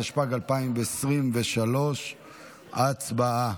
התשפ"ג 2023. הצבעה.